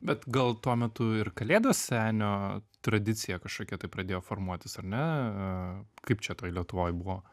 bet gal tuo metu ir kalėdos senio tradicija kažkokia tai pradėjo formuotis ar ne kaip čia toj lietuvoj buvo